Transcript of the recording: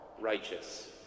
righteous